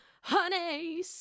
honey